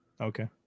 Okay